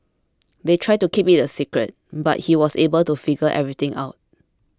they tried to keep it a secret but he was able to figure everything out